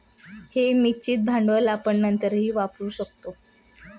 हे निश्चित भांडवल आपण नंतरही वापरू शकता